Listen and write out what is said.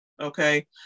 Okay